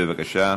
בבקשה.